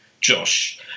Josh